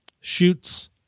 shoots